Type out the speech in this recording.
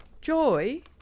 Joy